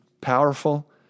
Powerful